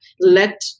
let